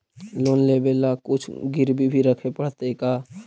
Loan लेबे ल कुछ गिरबी भी रखे पड़तै का?